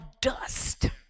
dust